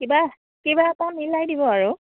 কিবা কিবা এটা মিলাই দিব আৰু